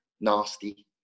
nasty